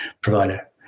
provider